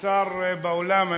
שר באולם,